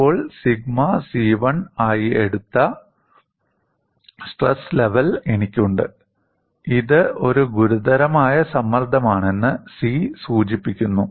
ഇപ്പോൾ sigma c1 ആയി എടുത്ത സ്ട്രെസ് ലെവൽ എനിക്കുണ്ട് ഇത് ഒരു ഗുരുതരമായ സമ്മർദ്ദമാണെന്ന് c സൂചിപ്പിക്കുന്നു